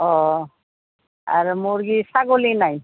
অঁ আৰু মুৰ্গী ছাগলী নাই